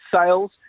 sales